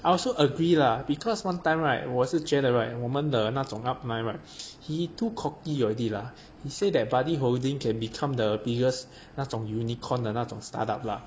I also agree lah because one time right 我是觉得 right 我们的那种 up line right he too cocky already lah he say that buddy holding can become the biggest 那种 unicorn 的那种 startup lah